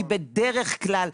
כי בדרך כלל,